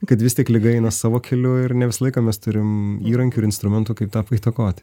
kad vis tik liga eina savo keliu ir ne visą laiką mes turim įrankių ir instrumentų kaip tą paįtakoti